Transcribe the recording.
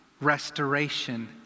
restoration